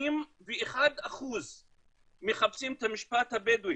81% מחפשים את המשפט הבדואי.